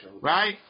right